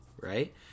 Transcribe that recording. right